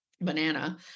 banana